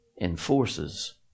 enforces